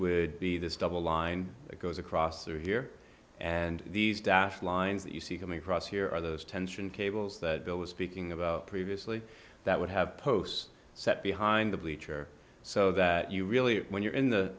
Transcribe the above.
would be this double line that goes across through here and these dashed lines that you see coming across here are the the tension cables that bill was speaking about previously that would have posts set behind the bleacher so that you really when you're in the